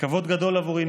כבוד גדול בעבורי,